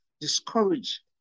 discourage